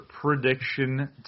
prediction